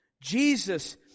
Jesus